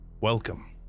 Welcome